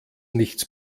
nichts